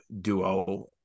duo